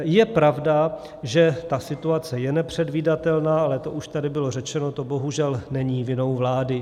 Je pravda, že ta situace je nepředvídatelná, ale to už tady bylo řečeno, to bohužel není vinou vlády.